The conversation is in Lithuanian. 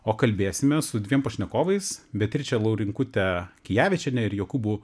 o kalbėsime su dviem pašnekovais beatriče laurinkute kijavičiene ir jokūbu